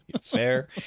fair